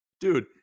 dude